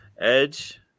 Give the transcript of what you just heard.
Edge